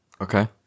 Okay